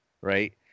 right